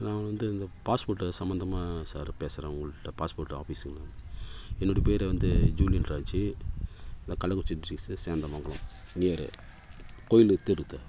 நான் வந்து இந்த பாஸ்போர்ட்டு சம்பந்தமாக சார் பேசுகிறேன் உங்கள்கிட்ட பாஸ்போர்ட்டு ஆபீஸுங்களா என்னுடைய பேர் வந்து ஜூலியன் ராஜ் நான் Kallakurichi district sir Serndhamangalam near கோயில் தெரு தான்